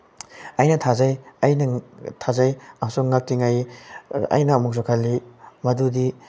ꯑꯩꯅ ꯊꯥꯖꯩ ꯑꯩꯅ ꯊꯥꯖꯩ ꯑꯁꯨꯛ ꯉꯛꯇꯤ ꯉꯛꯏ ꯑꯩꯅ ꯑꯃꯨꯛꯁꯨ ꯈꯜꯂꯤ ꯃꯗꯨꯗꯤ